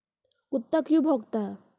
कुत्ता क्यों भौंकता है?